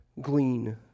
glean